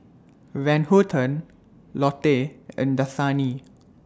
Van Houten Lotte and Dasani